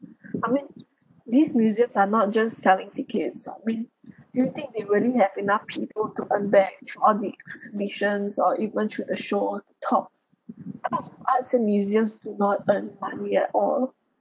I mean these museums are not just selling tickets I mean do you think they really have enough people to earn back through all the exhibitions or even through a show talks a lots of arts and museums do not earn money at all